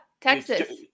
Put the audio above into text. Texas